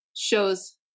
shows